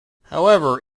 however